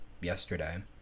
yesterday